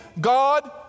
God